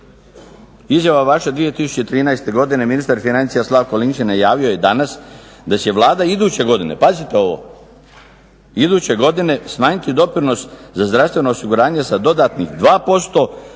Izjava vaša 2013. godine, ministar financija Slavko Linić je najavio i danas da će Vlada iduće godine, pazite ovo, iduće godine smanjiti doprinos za zdravstveno osiguranje za dodatnih 2%